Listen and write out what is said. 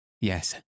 yes